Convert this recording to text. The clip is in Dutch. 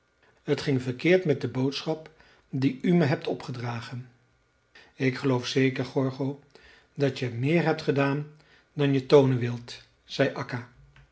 t ging verkeerd met de boodschap die u me hebt opgedragen ik geloof zeker gorgo dat je meer hebt gedaan dan je toonen wilt zei